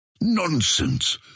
Nonsense